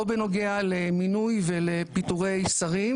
לא בנוגע למינוי לפיטורי שרים,